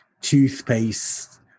toothpaste